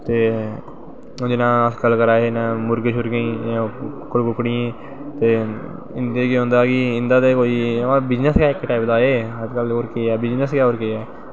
ते होर करा दे नै मुर्गें शुर्गें गी कुक्कड़ कुक्कड़ियें गी ते उंदे ते बिज़नस गै ऐ इक टाइप दा एह् गल्ल ऐ बिज़नस गै ऐ होर केह् ऐ